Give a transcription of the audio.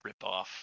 ripoff